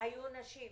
היו נשים,